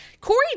Corey